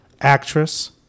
Actress